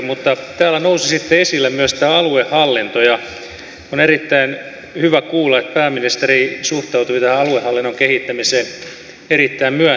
mutta täällä nousi sitten esille myös tämä aluehallinto ja on erittäin hyvä kuulla että pääministeri suhtautui tähän aluehallinnon kehittämiseen erittäin myönteisesti